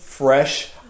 fresh